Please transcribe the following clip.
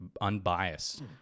unbiased